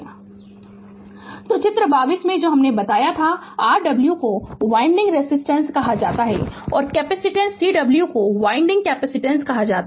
Refer Slide Time 1746 तो चित्र 22 में जो हमने बताया था Rw को वाइंडिंग रेजिस्टेंस कहा जाता है और कैपेसिटेंस Cw को वाइंडिंग कैपेसिटेंस कहा जाता है